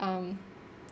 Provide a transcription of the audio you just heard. um